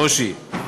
ברושי.